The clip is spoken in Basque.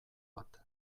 bat